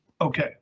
Okay